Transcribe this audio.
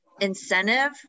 incentive